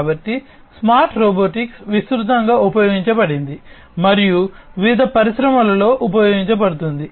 కాబట్టి smart robotics విస్తృతంగా ఉపయోగించబడుతుంది మరియు వివిధ పరిశ్రమలలో ఉపయోగించబడుతుంది